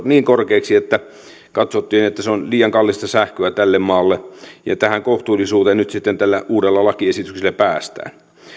niin korkeiksi että katsottiin että se on liian kallista sähköä tälle maalle ja tähän kohtuullisuuteen nyt sitten tällä uudella lakiesityksellä päästään